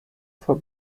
for